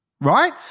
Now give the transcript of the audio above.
right